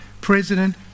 President